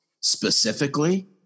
specifically